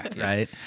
Right